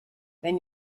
then